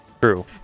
True